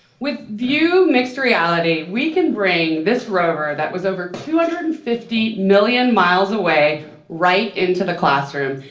with view mixed reality, we can bring this rover that was over two hundred and fifty million miles away right into the classroom,